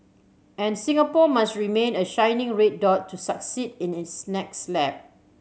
and Singapore must remain a shining red dot to succeed in its next lap